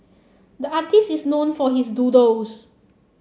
the artists is known for his doodles